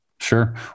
Sure